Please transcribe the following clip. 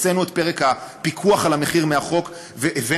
הוצאנו את פרק הפיקוח על המחיר מהחוק והבאנו